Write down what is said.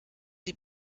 die